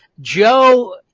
Joe